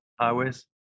highways